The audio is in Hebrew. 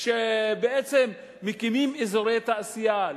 בעצם מקימים אזורי תעשייה,